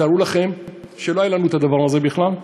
תארו לכם שלא היה לנו הדבר הזה בכלל,